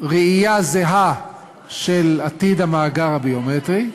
ראייה זהה של עתיד המאגר הביומטרי.